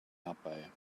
herbei